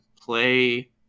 play